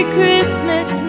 Christmas